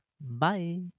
bye